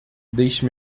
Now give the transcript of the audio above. deixe